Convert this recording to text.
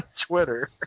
Twitter